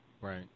Right